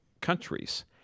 countries